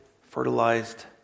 fertilized